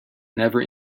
never